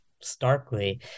starkly